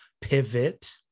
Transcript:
pivot